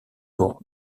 pour